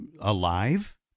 alive